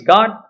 God